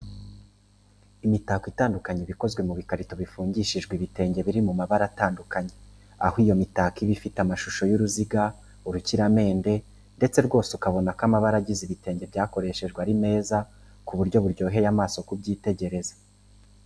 Imitako itandukanye iba ikozwe mu bikarito bifunikishijwe ibitenge biri mu mabara atandukanye, aho iyo mitako iba ifite amashusho y'uruziga, urukiramende ndetse rwose ubona ko amabara agize ibitenge byakoreshejwe ari meza ku buryo buryoheye amaso kubyitegereza.